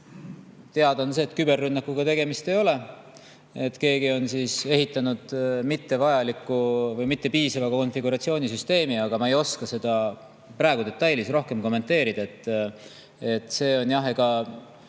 Teada on, et küberrünnakuga tegemist ei olnud. Keegi on ehitanud mittevajaliku või mittepiisava konfiguratsioonisüsteemi, aga ma ei oska seda praegu detailides rohkem kommenteerida. Veel kord lihtsalt